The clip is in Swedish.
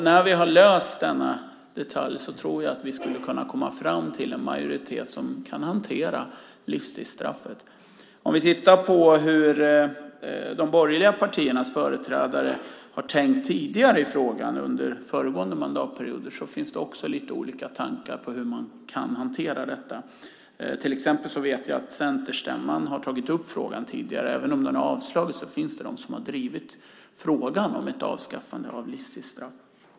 När vi har löst denna detalj tror jag att vi skulle kunna komma fram till en majoritet som kan hantera livstidsstraffet. Tittar vi på hur de borgerliga partiernas företrädare har tänkt i frågan under föregående mandatperioder finns det lite olika tankar om hur man kan hantera detta. Till exempel vet jag att Centerstämman har tagit upp frågan tidigare. Även om den har avslagits finns det de som har drivit frågan om ett avskaffande av livstidsstraff.